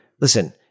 listen